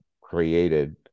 created